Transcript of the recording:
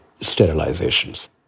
sterilizations